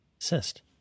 Cyst